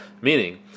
meaning